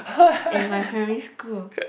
and my primary school